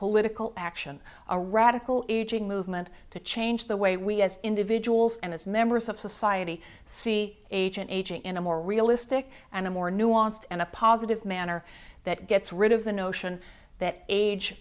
political action a radical aging movement to change the way we as individuals and as members of society see agent aging in a more realistic and a more nuanced and a positive manner that gets rid of the notion that age